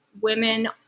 women